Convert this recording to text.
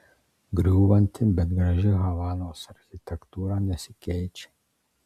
griūvanti bet graži havanos architektūra nesikeičia